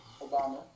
Obama